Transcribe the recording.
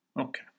Okay